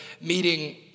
meeting